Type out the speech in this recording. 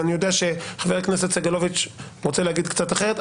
ואני יודע שחבר הכנסת סגלוביץ' רוצה להגיד קצת אחרת,